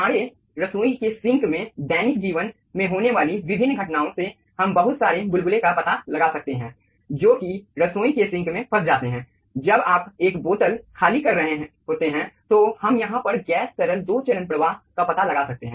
हमारे रसोई के सिंक में दैनिक जीवन में होने वाली विभिन्न घटनाओं से हम बहुत सारे बुलबुले का पता लगा सकते हैं जो कि रसोई के सिंक में फंस जाते हैं जब आप एक बोतल खाली कर रहे होते हैं तो हम यहाँ पर गैस तरल दो चरण प्रवाह का पता लगा सकते है